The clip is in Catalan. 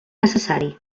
necessari